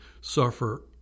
suffer